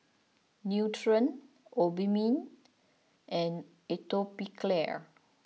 Nutren Obimin and Atopiclair